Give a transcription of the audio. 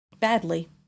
Badly